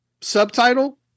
subtitle